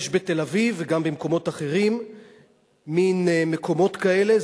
יש בתל-אביב וגם במקומות אחרים מין מקומות כאלה,